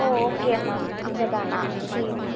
ஓ okay ma'am அங்கே தானா சரி